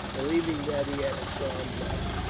believing that he had a charmed life.